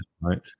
right